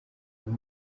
mibi